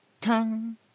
tang